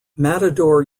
matador